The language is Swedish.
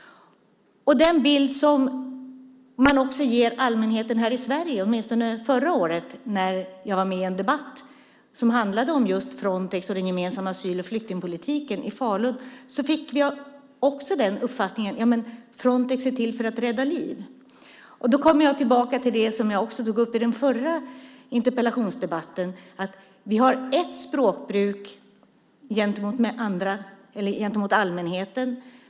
Den bild som man ger allmänheten här i Sverige - åtminstone var det så förra året i en debatt i Falun som jag var med i och som handlade om just Frontex och den gemensamma asyl och flyktingpolitiken; också där fick jag den uppfattningen - är att Frontex är till för att rädda liv. Nu kommer jag tillbaka till det som jag tog upp också i den förra interpellationsdebatten som jag var med i, nämligen att vi har ett språkbruk gentemot allmänheten.